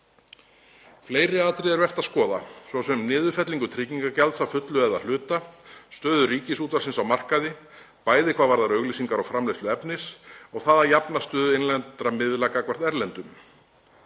Fleiri atriði er vert að skoða, svo sem niðurfellingu tryggingagjalds að fullu eða að hluta, stöðu Ríkisútvarpsins á markaði, bæði hvað varðar auglýsingar og framleiðslu efnis, og það að jafna stöðu innlendra miðla gagnvart erlendum.